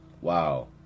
Wow